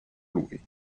lui